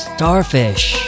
Starfish